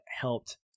helped